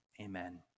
amen